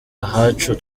ahacu